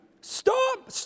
Stop